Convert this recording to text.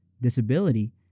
disability